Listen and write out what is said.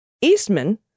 Eastman